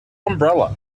umbrella